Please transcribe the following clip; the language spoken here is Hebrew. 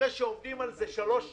אחרי שעובדים על זה שלוש שנים,